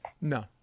No